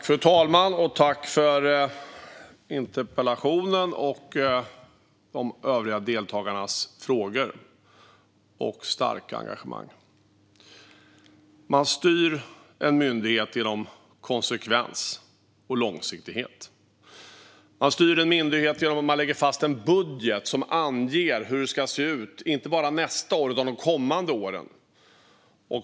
Fru talman! Jag tackar ledamoten för interpellationen och de övriga deltagarna för frågorna och det starka engagemanget. Man styr en myndighet genom konsekvens och långsiktighet. Man styr en myndighet genom att man lägger fast en budget som anger hur det ska se ut inte bara nästa år utan även de kommande åren.